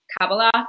Kabbalah